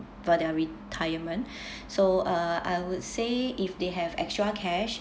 for their retirement so uh I would say if they have extra cash